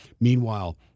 Meanwhile